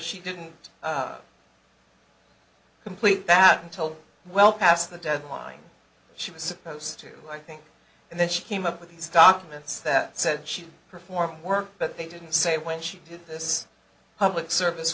she didn't complete baton told well past the deadline she was supposed to think and then she came up with these documents that said she performed work but they didn't say when she did this public service